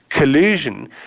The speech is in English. collusion